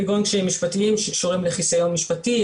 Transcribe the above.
כגון קשיים משפטיים שקשורים לחיסיון משפטי,